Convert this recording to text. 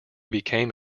became